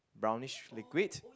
brownish liquid